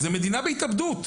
מדובר במדינה בהתאבדות.